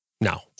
No